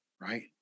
right